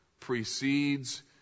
precedes